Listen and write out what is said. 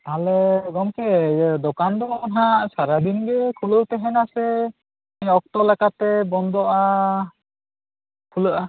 ᱛᱟᱦᱚᱞᱮ ᱜᱚᱢᱠᱮ ᱤᱭᱟ ᱫᱚᱠᱟᱱ ᱫᱚ ᱱᱷᱟᱜ ᱥᱟᱨᱟ ᱫᱤᱱ ᱜᱮ ᱠᱷᱩᱞᱟ ᱣ ᱛᱟᱦᱮᱱᱟ ᱥᱮ ᱚᱠᱛᱚ ᱞᱮᱠᱟᱛᱮ ᱵᱚᱱᱫᱚᱜᱼᱟ ᱠᱷᱩᱞᱟᱹᱜᱼᱟ